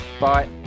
Bye